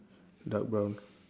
dark brown